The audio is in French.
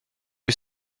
que